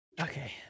Okay